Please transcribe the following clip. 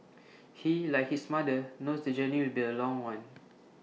he like his mother knows the journey will be A long one